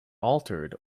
altered